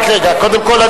קודם כול,